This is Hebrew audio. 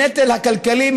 והנטל הכלכלי,